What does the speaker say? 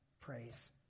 praise